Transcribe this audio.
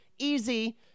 easy